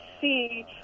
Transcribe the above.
see